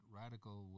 radical